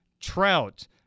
Trout